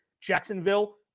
Jacksonville